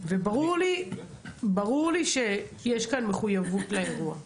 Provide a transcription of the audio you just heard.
וברור לי שיש כאן מחויבות לאירוע.